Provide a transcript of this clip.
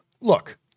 look